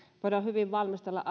voidaan hyvin valmistella